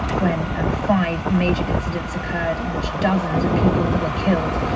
when and five major incidents occurred in which dozens of people were killed.